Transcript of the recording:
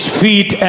feet